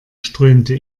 strömte